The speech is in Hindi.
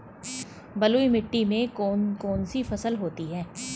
बलुई मिट्टी में कौन कौन सी फसल होती हैं?